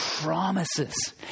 promises